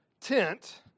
tent